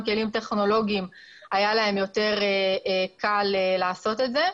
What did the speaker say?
כלים טכנולוגיים היה להם יותר קל לעשות את זה.